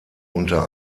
unter